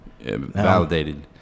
validated